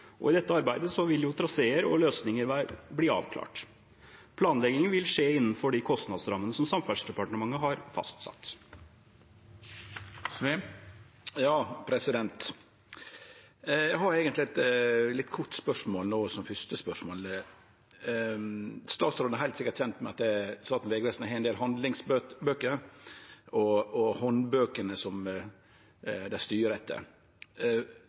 I dette arbeidet vil traseer og løsninger bli avklart. Planleggingen vil skje innenfor de kostnadsrammene som Samferdselsdepartementet har fastsatt. Eg har eigentleg eit kort spørsmål no, som første spørsmål: Statsråden er heilt sikkert kjend med at Statens vegvesen har ein del handlingsbøker og handbøker dei styrer etter. Spørsmålet er rett og